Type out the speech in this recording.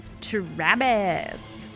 Travis